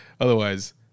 Otherwise